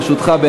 ברשותך.